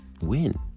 win